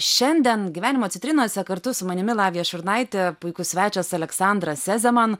šiandien gyvenimo citrinose kartu su manimi lavija šurnaitė puikus svečias aleksandras sezeman